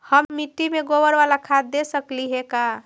हम मिट्टी में गोबर बाला खाद दे सकली हे का?